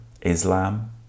Islam